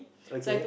okay